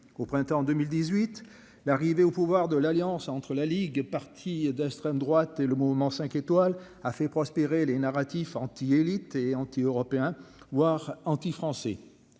au printemps 2018. L'arrivée au pouvoir de l'alliance entre la Ligue, parti d'extrême droite et le Mouvement 5 étoiles a fait prospérer les narratif anti-élites et anti-européen, voire anti-français